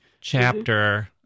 chapter